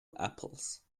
apples